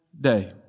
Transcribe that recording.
day